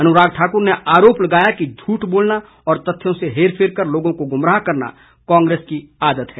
अनुराग ठाकुर ने आरोप लगाया कि झूठ बोलना और तथ्यों से हेरफेर कर लोगों को गुमराह करना कांग्रेस की आदत है